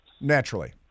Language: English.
Naturally